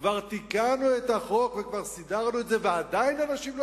כבר תיקנו את החוק וכבר סידרנו את זה ועדיין אנשים לא